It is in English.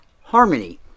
harmony